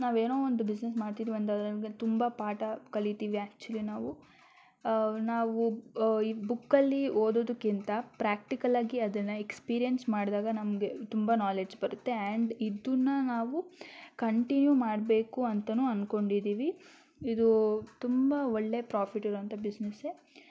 ನಾವು ಏನೋ ಒಂದು ಬಿಝ್ನೆಸ್ ಮಾಡ್ತಿದ್ದೀವಿ ಅಂತಂದರೆ ನಮಗೆ ತುಂಬ ಪಾಠ ಕಲಿಯುತ್ತೀವಿ ಆ್ಯಕ್ಚುಲಿ ನಾವು ನಾವು ಈ ಬುಕ್ಕಲ್ಲಿ ಓದೋದಕ್ಕಿಂತ ಪ್ರ್ಯಾಕ್ಟಿಕಲ್ ಆಗಿ ಅದನ್ನು ಎಕ್ಷ್ಪೀರಿಯನ್ಸ್ ಮಾಡಿದಾಗ ನಮಗೆ ತುಂಬ ನಾಲೆಡ್ಜ್ ಬರುತ್ತೆ ಆ್ಯಂಡ್ ಇದನ್ನ ನಾವು ಕಂಟಿನ್ಯೂ ಮಾಡ್ಬೇಕು ಅಂತನು ಅಂದ್ಕೊಂಡಿದ್ದೀವಿ ಇದು ತುಂಬ ಒಳ್ಳೆಯ ಪ್ರೋಫಿಟ್ ಇರುವಂತಹ ಬಿಝ್ನೆಸ್ಸೆ